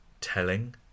telling